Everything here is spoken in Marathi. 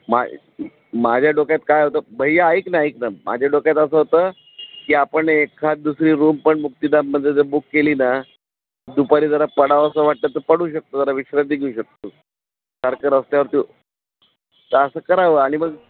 मा माझ्या डोक्यात काय होतं भैया ऐक ना ऐक ना माझ्या डोक्यात असं होतं की आपण एखाद दुसरी रूम पण मुक्तिधाममध्ये जर बुक केली ना दुपारी जरा पडावं असं वाटतं तर पडू शकतो जरा विश्रांती घेऊ शकतो सारखं रस्त्यावर ते तर असं करावं आणि मग